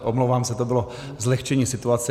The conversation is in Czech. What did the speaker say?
Omlouvám se, to bylo zlehčení situace.